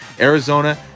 Arizona